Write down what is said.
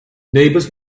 neighbors